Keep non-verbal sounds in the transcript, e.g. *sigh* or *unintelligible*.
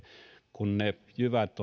kun ne jyvät *unintelligible*